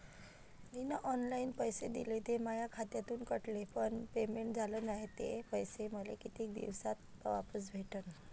मीन online पैसे दिले, ते माया खात्यातून कटले, पण पेमेंट झाल नायं, ते पैसे मले कितीक दिवसात वापस भेटन?